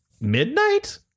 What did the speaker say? midnight